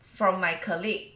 from my colleague